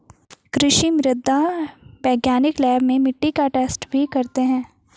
कृषि मृदा वैज्ञानिक लैब में मिट्टी का टैस्ट भी करते हैं